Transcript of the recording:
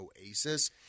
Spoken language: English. Oasis